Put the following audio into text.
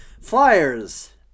Flyers